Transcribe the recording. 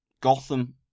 Gotham